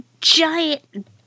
giant